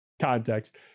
context